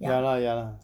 ya lah ya